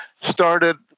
started